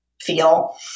feel